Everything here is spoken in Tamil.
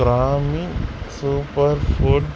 Grammy super food